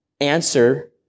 answer